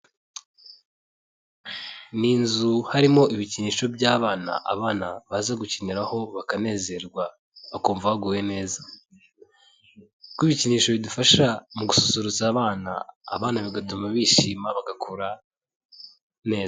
Ni inzu harimo ibikinisho by'abana, abana baza gukiniraho bakanezerwa, bakumva baguwe neza. Kuko ibikinisho bidufasha mu gususurutsa abana, abana bigatuma bishima bagakura neza.